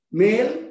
male